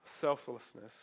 selflessness